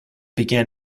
began